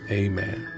amen